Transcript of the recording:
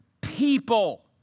people